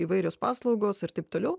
įvairios paslaugos ir taip toliau